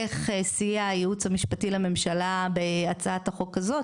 איך סייע הייעוץ המשפטי לממשלה בהצעת החוק הזאת?